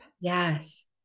Yes